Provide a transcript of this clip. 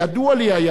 היה ידוע לי,